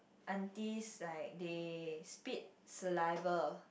aunties like they spit saliva